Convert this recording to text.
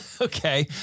Okay